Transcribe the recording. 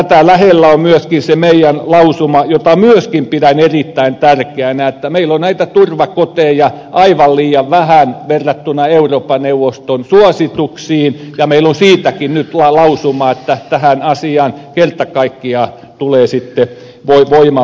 tätä lähellä on myöskin se meidän lausumamme jota myöskin pidän erittäin tärkeänä eli että meillä on näitä turvakoteja aivan liian vähän verrattuna euroopan neuvoston suosituksiin ja meillä on siitäkin nyt lausuma että tähän asiaan kerta kaikkiaan tulee sitten voimavaroja osoittaa